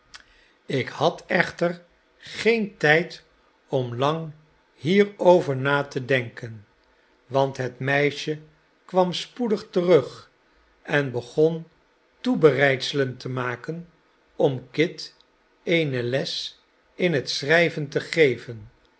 ik had echter geen tijd om lang hierover na te denken want het meisje kwam spoedig terug en begon toebereidselen te maken om kit eene les in het schrijven te geven